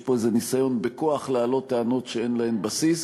יש פה איזה ניסיון בכוח להעלות טענות שאין להן בסיס.